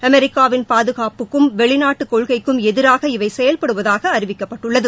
அமெரிக்காவின் பாதுகாப்புக்கும் வெளிநாட்டு கொள்கைக்கும் எதிராக இவை செயல்படுவதாக அறிவிக்கப்பட்டுள்ளது